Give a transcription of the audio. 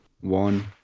one